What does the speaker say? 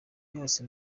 yose